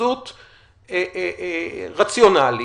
התייחסות רציונלית,